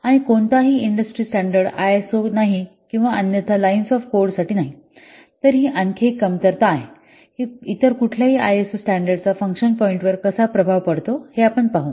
आणि कोणताही industry standard ISO नाही किंवा अन्यथा लाईन्स ऑफ कोडसाठी नाही तर ही आणखी एक कमतरता आहे की इतर कुठल्याही आयएसओ स्टॅंडर्ड चा फंक्शन पॉईंट वर कसा प्रभाव पडतो हे आपण पाहु